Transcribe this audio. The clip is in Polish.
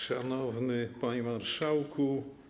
Szanowny Panie Marszałku!